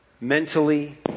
mentally